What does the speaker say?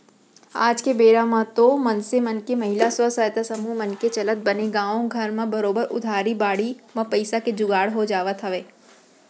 आज के बेरा म तो मनसे मन के महिला स्व सहायता समूह मन के चलत बने गाँवे घर म बरोबर उधारी बाड़ही म पइसा के जुगाड़ हो जावत हवय